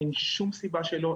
אין שום סיבה שלו.